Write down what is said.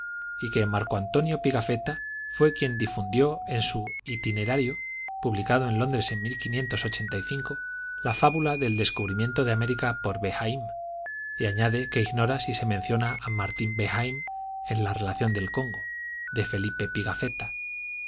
y que marco antonio pigafetta fué quien difundió en su itinerario publicado en londres en la fábula del descubrimiento de américa por behaim y añade que ig nora si se menciona a martín behaim en la relación del congo de felipe pigafetta